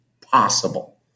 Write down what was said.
possible